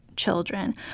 Children